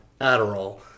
Adderall